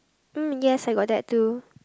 hmm yes I got that too